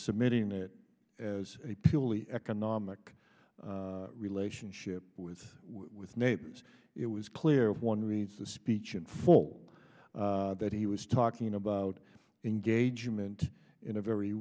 submitting it as a purely economic relationship with with neighbors it was clear if one reads the speech in full that he was talking about engagement in a very